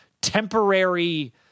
temporary